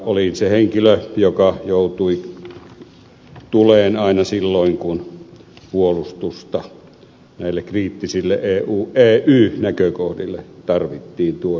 olin se henkilö joka joutui tuleen aina silloin kun puolustusta näille kriittisille ey näkökohdille tarvittiin tuoda julki